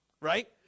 Right